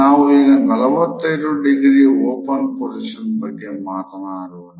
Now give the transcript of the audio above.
ನಾವು ಈಗ ೪೫ degree open position ಬಗ್ಗೆ ಮಾತಾಡೋಣ